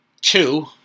two